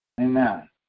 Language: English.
Amen